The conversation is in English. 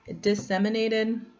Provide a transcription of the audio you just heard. disseminated